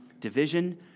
division